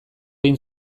egin